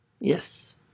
yes